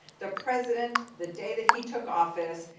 the president, the day that he took office,